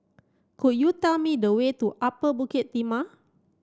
could you tell me the way to Upper Bukit Timah